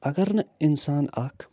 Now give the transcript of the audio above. اَگر نہٕ اِنسان اکھ